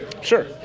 sure